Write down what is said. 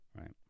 right